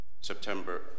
September